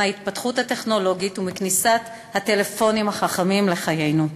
מההתפתחות הטכנולוגית ומכניסת הטלפונים החכמים לחיינו.